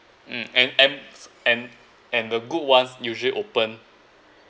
mm and and and and the good ones usually open